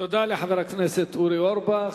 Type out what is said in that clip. תודה לחבר הכנסת אורי אורבך.